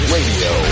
Radio